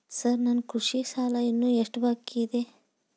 Sir ನನ್ನ ಕೃಷಿ ಸಾಲ ಇನ್ನು ಎಷ್ಟು ಬಾಕಿಯಿದೆ?